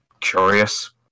curious